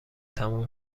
تموم